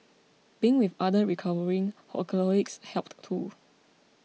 being with other recovering alcoholics helped too